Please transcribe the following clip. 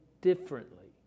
differently